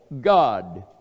God